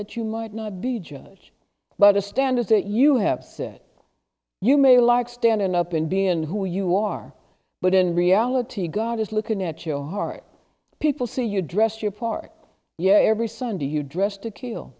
that you might not be judged by the standards that you have said you may like standing up and be and who you are but in reality god is looking at your heart people see you dress your part yeah every sunday you dressed to kill